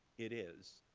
it is.